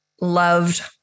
loved